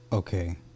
Okay